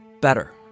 better